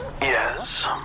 Yes